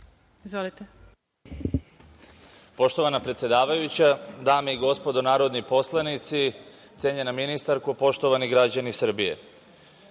Izvolite.